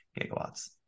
gigawatts